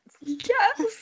Yes